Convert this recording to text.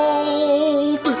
old